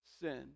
sin